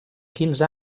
quinze